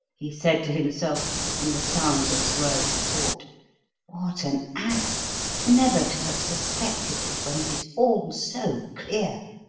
he said to himself in the soundless words of thought what an ass never to have suspected it when it is all so clear!